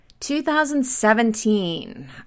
2017